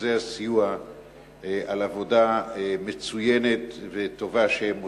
מרכזי הסיוע על העבודה המצוינת שהם עושים.